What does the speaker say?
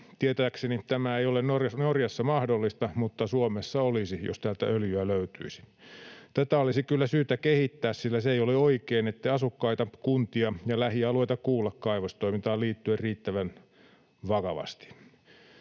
Tietääkseni tämä ei ole Norjassa mahdollista, mutta Suomessa olisi, jos täältä öljyä löytyisi. Tätä olisi kyllä syytä kehittää, sillä se ei ole oikein, ettei asukkaita, kuntia ja lähialueita kuulla kaivostoimintaan liittyen riittävän vakavasti.